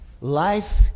Life